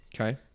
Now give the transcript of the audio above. Okay